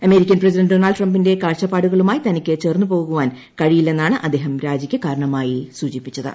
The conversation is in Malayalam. അമേരിക്കൻ പ്രസിഡന്റ് ഡോണൾഡ് ട്രംപിന്റെ കാഴ്ചപാടുകളുമായി തനിക്ക് കഴിയില്ലെന്നാണ് അദ്ദേഹം രാജിക്ക് കാരണമായി സൂചിപ്പിച്ചത്